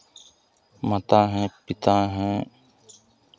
माता हैं पिता हैं